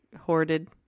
hoarded